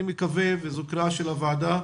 אני מקווה וזו קריאה של הוועדה,